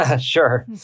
Sure